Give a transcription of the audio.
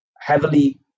heavily